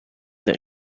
that